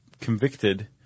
convicted